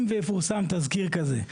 אם ויפורסם תזכיר כזה,